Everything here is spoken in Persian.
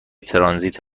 ترانزیت